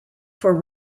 for